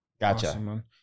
Gotcha